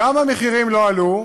גם המחירים לא עלו,